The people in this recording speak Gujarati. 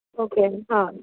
ઓકે હા